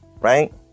right